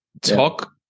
Talk